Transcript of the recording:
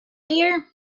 dear